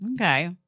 Okay